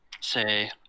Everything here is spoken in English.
Say